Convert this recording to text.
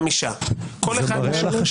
חמישה -- זה מראה על החשיבות.